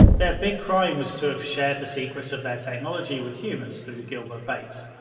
their big crime was to have shared the secrets of their technology with humans through gilbert bates.